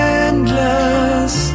endless